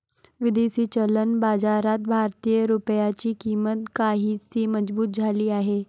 विदेशी चलन बाजारात भारतीय रुपयाची किंमत काहीशी मजबूत झाली आहे